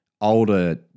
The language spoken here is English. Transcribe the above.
Older